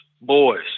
boys